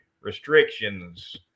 restrictions